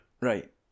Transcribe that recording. Right